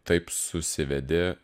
taip susivedė